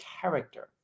character